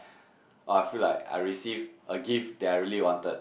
oh I feel like I receive a gift that I really wanted